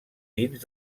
dins